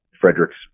frederick's